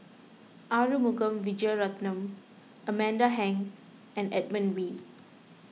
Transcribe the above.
Arumugam Vijiaratnam Amanda Heng and Edmund Wee